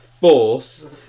force